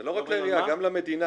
זה לא רק לעירייה, גם למדינה.